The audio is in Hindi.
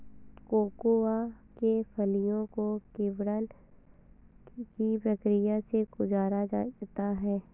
कोकोआ के फलियों को किण्वन की प्रक्रिया से गुजारा जाता है